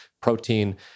protein